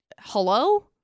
Hello